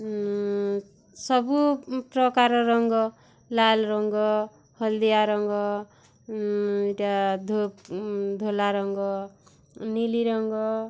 ସବୁ ପ୍ରକାର ରଙ୍ଗ ଲାଲ୍ ରଙ୍ଗ ହଲ୍ଦିଆ ରଙ୍ଗ ଧଲା ରଙ୍ଗ ନୀଲି ରଙ୍ଗ